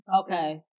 Okay